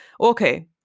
okay